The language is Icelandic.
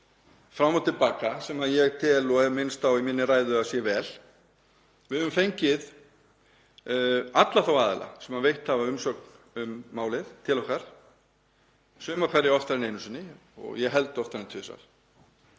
fram og til baka sem ég tel og hef minnst á í minni ræðu að sé vel. Við höfum fengið alla þá aðila sem veitt hafa umsögn um málið til okkar, suma hverja oftar en einu sinni og ég held oftar en tvisvar.